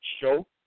show